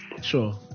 Sure